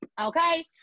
okay